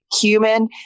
human